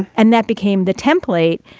and that became the template